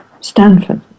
Stanford